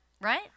right